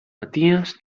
maties